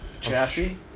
chassis